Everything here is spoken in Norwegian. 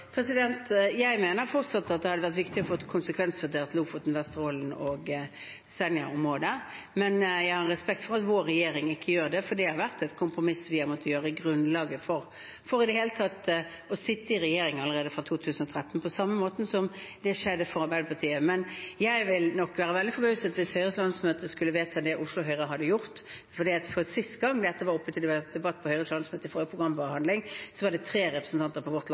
Jeg mener fortsatt at det hadde vært viktig å få konsekvensutredet Lofoten, Vesterålen og Senja, men jeg har respekt for at vår regjering ikke gjør det. Det har vært et kompromiss vi måtte legge grunnlaget for allerede i 2013 for i det hele tatt å kunne sitte i regjering – på samme måte som det skjedde for Arbeiderpartiet. Men jeg vil bli veldig forbauset om Høyres landsmøte skulle vedta det Oslo Høyre har gjort, for sist gang dette var oppe til debatt på Høyres landsmøte – i forrige programbehandling – var det tre representanter